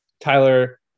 Tyler